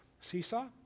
seesaw